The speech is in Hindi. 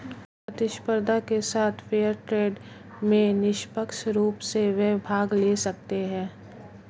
प्रतिस्पर्धा के साथ फेयर ट्रेड में निष्पक्ष रूप से वे भाग ले सकते हैं